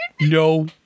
no